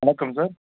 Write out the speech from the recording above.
வணக்கம் சார்